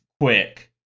quick